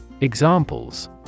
Examples